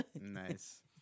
Nice